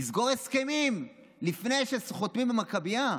לסגור הסכמים לפני שחותמים במכבייה,